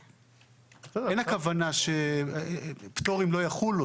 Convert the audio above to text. אין הכוונה שפטורים לא יחולו.